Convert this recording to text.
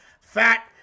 Fat